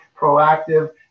proactive